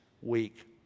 week